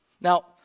Now